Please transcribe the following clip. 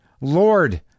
Lord